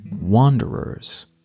Wanderers